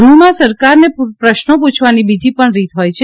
ગૃહમાં સરકારને પ્રશ્નો પૂછવાની બીજી પણ રીત હોય છે